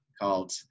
called